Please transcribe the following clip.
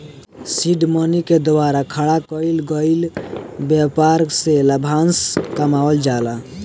seed money के द्वारा खड़ा कईल गईल ब्यपार से लाभांस कमावल जाला